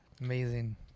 Amazing